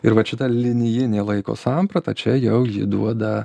ir vat šita linijinė laiko samprata čia jau ji duoda